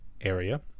area